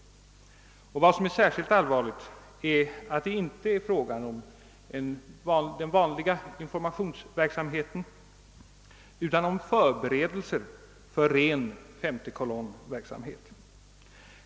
Vad som är särskilt allvarligt är att det inte är fråga om den vanliga informationsverksamheten utan om förberedelser för ren femtekolonnverksamhet.